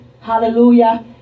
Hallelujah